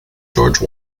george